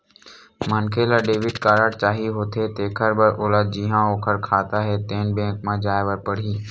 मनखे ल debit card चाही होथे तेखर बर ओला जिहां ओखर खाता हे तेन बेंक म जाए बर परही